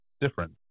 different